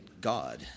God